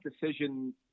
decision